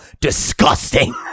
disgusting